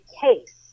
case